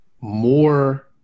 more